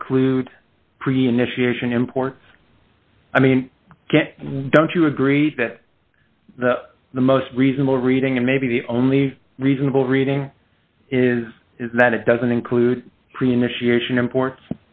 include pre initiation import i mean don't you agree that the most reasonable reading and maybe the only reasonable reading is that it doesn't include cream machine imports